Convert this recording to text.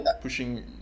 pushing